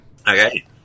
Okay